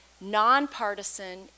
nonpartisan